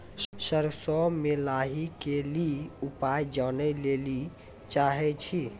सरसों मे लाही के ली उपाय जाने लैली चाहे छी?